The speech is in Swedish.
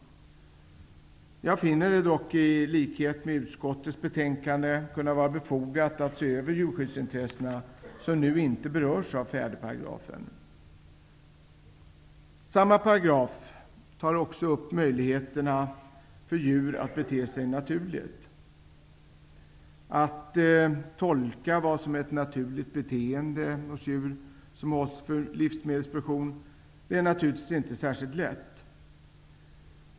Jag finner det dock, i likhet med vad utskottets majoritet skriver i betänkandet, kunna vara befogat att se över djurskyddsintressena som nu inte berörs av 4 §. I samma paragraf tas också upp möjligheterna för djur att bete sig naturligt. Att tolka vad som är ett naturligt beteende hos djur som hålls för livsmedelsproduktion är naturligvis inte särskilt lätt.